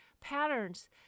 patterns